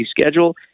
schedule